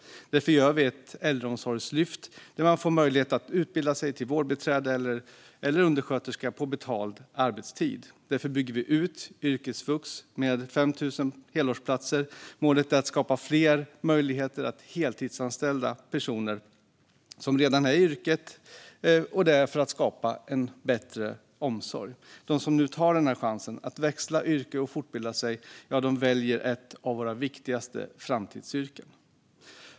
Därför gör vi ett äldreomsorgslyft där man får möjlighet att utbilda sig till vårdbiträde eller undersköterska på betald arbetstid. Därför bygger vi ut yrkesvux med 5 000 helårsplatser. Målet är att skapa fler möjligheter att heltidsanställa personer som redan är i yrket och skapa en bättre omsorg. De som nu tar den här chansen att växla yrke och fortbilda sig väljer ett av våra viktigaste framtidsyrken.